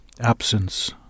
absence